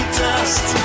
dust